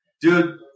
dude